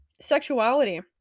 Sexuality